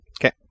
Okay